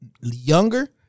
Younger